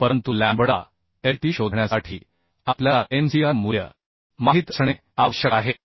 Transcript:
परंतु lambda LT शोधण्यासाठी आपल्याला एमसीआर मूल्यमाहित असणे आवश्यक आहे